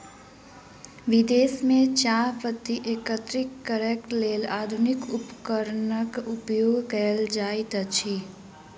विदेश में चाह पत्ती एकत्रित करैक लेल आधुनिक उपकरणक उपयोग कयल जाइत अछि